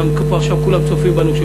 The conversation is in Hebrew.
גם פה עכשיו כשכולם צופים בנו,